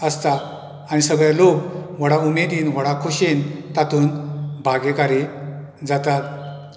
आसता आनी सगळें लोक व्हडा उमेदीन व्हडा खोशयेन तातूंत भागेकारी जाता